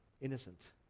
innocent